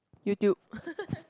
YouTube